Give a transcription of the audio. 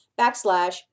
backslash